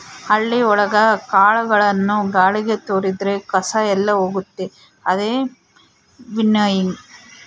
ಹಳ್ಳಿ ಒಳಗ ಕಾಳುಗಳನ್ನು ಗಾಳಿಗೆ ತೋರಿದ್ರೆ ಕಸ ಎಲ್ಲ ಹೋಗುತ್ತೆ ಅದೇ ವಿನ್ನೋಯಿಂಗ್